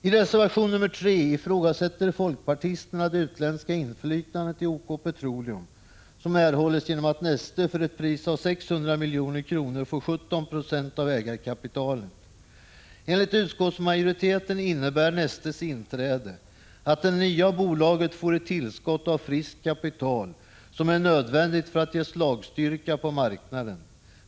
I reservation nr 3 ifrågasätter folkpartisterna det utländska inflytandet i OK Petroleum, som erhålls genom att Neste för ett pris av 600 milj.kr. får 17 90 av ägarkapitalet. Enligt utskottsmajoriteten innebär Nestes inträde att det nya bolaget får ett tillskott av friskt kapital som är nödvändigt för att ge slagstyrka på marknaden.